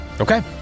okay